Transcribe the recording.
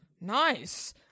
nice